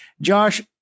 Josh